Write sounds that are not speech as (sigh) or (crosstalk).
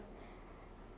(breath)